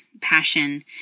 passion